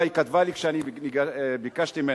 מה היא כתבה לי כשאני ביקשתי ממנה.